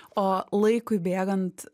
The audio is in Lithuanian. o laikui bėgant